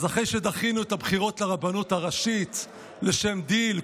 אז אחרי שדחינו את הבחירות לרבנות הראשית לשם דיל,